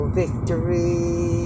victory